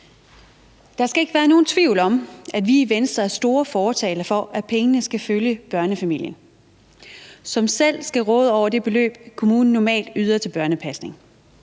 Der skal ikke være nogen tvivl om, at vi i Venstre er store fortalere for, at pengene skal følge børnefamilien, som selv skal råde over det beløb, kommunen normalt yder til børnepasning.